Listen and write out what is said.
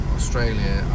Australia